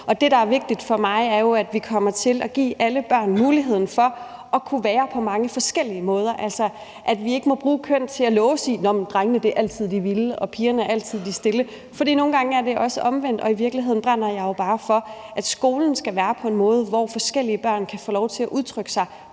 Det, der er vigtigt for mig, er jo, at vi kommer til at give alle børn muligheden for at kunne være på mange forskellige måder, altså at vi ikke må bruge køn til at låse nogen fast og sige, at drengene altid er de vilde, og at pigerne altid er de stille, for nogle gange er det også omvendt. I virkeligheden brænder jeg jo bare for, at skolen skal være på en måde, hvor forskellige børn kan få lov til at udtrykke sig